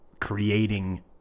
creating